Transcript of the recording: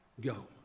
Go